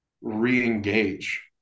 re-engage